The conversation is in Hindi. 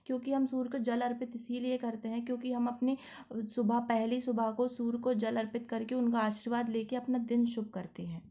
क्योंकि हम सूर्य को जल अर्पित करते हैं इसीलिए करते हैं क्योंकि हम अपनी सुबह पहली सुबह को सूर्य को जल अर्पित करके उनका आशीर्वाद लेके अपना दिन शुभ करते हैं